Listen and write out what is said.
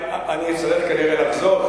אני אצטרך כנראה לחזור,